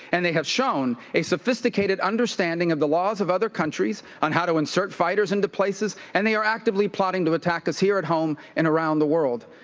and they have shown a sophisticated understanding of the laws of other countries on how to insert fighters into places, and they are actively plotting to attack us here at home and around the world.